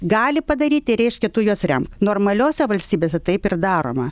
gali padaryti reiškia tu juos rem normaliose valstybėse taip ir daroma